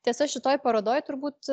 tiesa šitoj parodoj turbūt